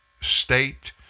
state